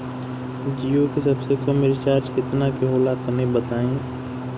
जीओ के सबसे कम रिचार्ज केतना के होला तनि बताई?